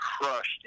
crushed